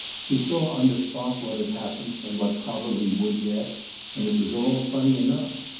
he saw on the spot what had happened, and what probably would yet and it was all funny enough.